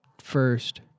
first